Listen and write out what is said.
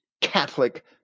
Catholic